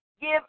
Give